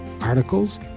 articles